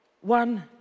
one